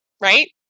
Right